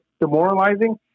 demoralizing